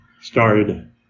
started